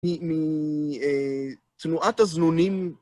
מתנועת הזנונים.